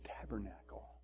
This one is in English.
tabernacle